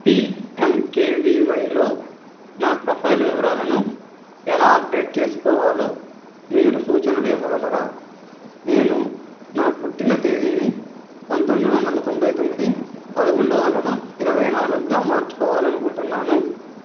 పిఎమ్కేవివైలో నా ప్రొఫైల్ వివరాలను ఎలా అప్డేట్ చేసుకోవాలో మీరు సూచనలు ఇవ్వగలరా నేను నా పుట్టిన తేదీని పంతొమ్మిది వందల తొంభై తొమ్మిది పదకొండవ నెల ఇరవై నాలుగుగా మార్చుకోవాలి అనుకుంటున్నాను